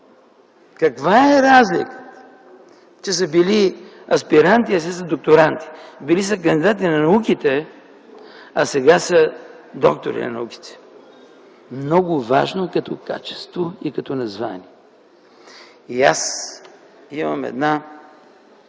Каква е разликата, че са били аспиранти, а сега са докторанти?! Били са кандидати на науките, а сега са доктори на науките. Много важно като качество и като название. Аз имам една,